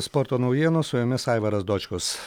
sporto naujienos su jumis aivaras dočkus